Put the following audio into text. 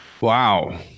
Wow